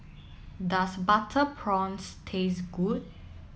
does butter prawns taste good